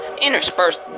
interspersed